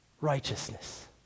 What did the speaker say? righteousness